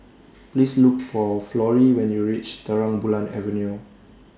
Please Look For Florrie when YOU REACH Terang Bulan Avenue